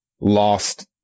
lost